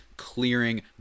Clearing